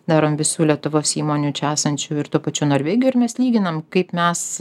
darom visų lietuvos įmonių čia esančių ir tuo pačiu norvegijo ir mes lyginam kaip mes